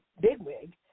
bigwig